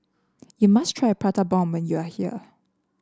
you must try Prata Bomb when you are here